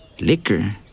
liquor